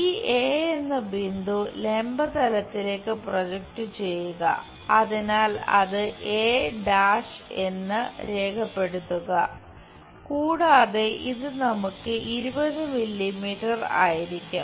ഈ എ എന്ന ബിന്ദു ലംബ തലത്തിലേക്ക് പ്രൊജക്റ്റ് ചെയ്യുക അതിനാൽ അത് a' എന്ന് രേഖപ്പെടുത്തുക കൂടാതെ ഇത് നമുക്ക് 20 മില്ലീമീറ്റർ ആയിരിക്കും